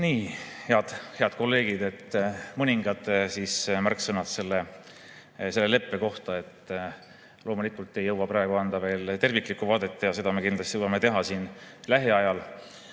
Aitäh! Head kolleegid! Mõningad märksõnad selle leppe kohta. Loomulikult ei jõua praegu anda veel terviklikku vaadet, ent seda me kindlasti jõuame teha siin lähiajal.